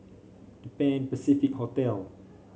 Pan Pacific Hotel